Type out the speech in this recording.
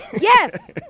Yes